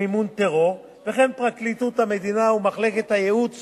ומימון טרור, וכן פרקליטות המדינה ומחלקת הייעוץ